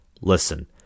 Listen